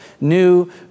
new